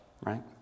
right